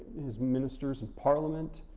his ministers and parliament,